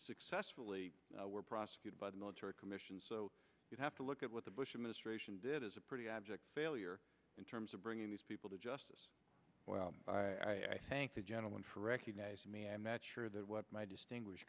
successfully were prosecuted by the military commissions so you have to look at what the bush administration did is a pretty abject failure in terms of bringing these people to justice i thank the gentleman for recognizing me i'm not sure that what my distinguish